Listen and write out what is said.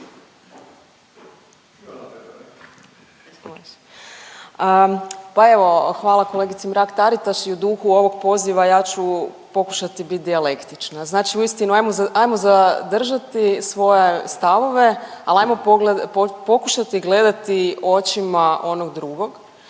Pa evo, hvala kolegice Mrak-Taritaš i u duhu ovog poziva, ja ću pokušati biti dijalektična. Znači uistinu, ajmo zadržati svoje stavove, ali ajmo pokušati gledati očima onog drugog